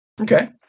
okay